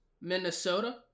Minnesota